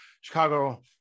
chicago